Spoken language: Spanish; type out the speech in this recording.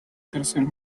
tercer